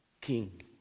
king